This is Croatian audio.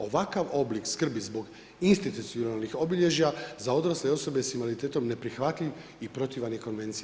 Ovakav oblik skrbi zbog institucionalnih obilježja za odrasle osobe s invaliditetom neprihvatljiv i protivan je konvenciji.